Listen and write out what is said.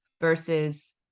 versus